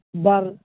ᱵᱟᱨ